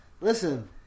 Listen